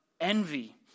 envy